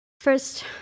First